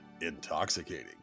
intoxicating